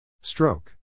Stroke